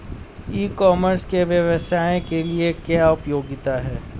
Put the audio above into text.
ई commerce के व्यवसाय के लिए क्या उपयोगिता है?